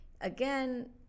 again